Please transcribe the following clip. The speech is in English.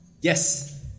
Yes